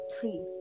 three